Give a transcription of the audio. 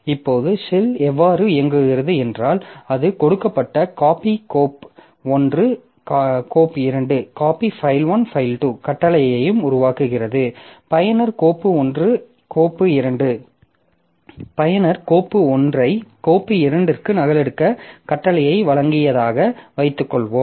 இப்போது ஷெல் எவ்வாறு இயங்குகிறது என்றால் அது கொடுக்கப்பட்ட காப்பி கோப்பு 1 கோப்பு 2 கட்டளையையும் உருவாக்குகிறது பயனர் கோப்பு 1 ஐ கோப்பு 2 க்கு நகலெடுக்க கட்டளையை வழங்கியதாக வைத்துக்கொள்வோம்